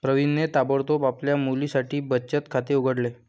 प्रवीणने ताबडतोब आपल्या मुलीसाठी बचत खाते उघडले